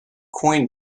coin